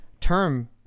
term